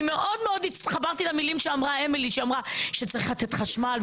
אני מאוד התחברתי למילים של אמילי שאמרה שצריך לתת חשמל.